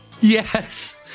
Yes